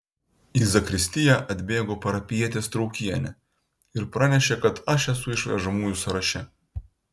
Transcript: į zakristiją atbėgo parapijietė straukienė ir pranešė kad aš esu išvežamųjų sąraše